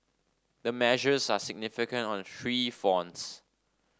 the measures are significant on three fronts